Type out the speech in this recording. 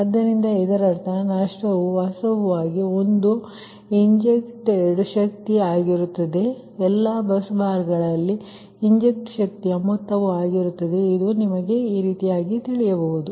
ಆದ್ದರಿಂದ ಇದರರ್ಥ ನಷ್ಟವು ವಾಸ್ತವವಾಗಿ ಒಟ್ಟು ಒಳನುಗ್ಗಿಸಿದಇಂಜೆಕ್ಟ್ ಶಕ್ತಿ ಆಗಿರುತ್ತದೆ ಎಲ್ಲಾ ಬಸ್ಬಾರ್ಗಳಲ್ಲಿನ ಒಳನುಗ್ಗಿಸಿದಇಂಜೆಕ್ಟ್ ಶಕ್ತಿಯ ಮೊತ್ತ ಆಗಿರುತ್ತದೆ ಇದು ನಿಮಗೆ ಅರ್ಥವಾಗುತ್ತದೆ